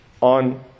on